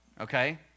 okay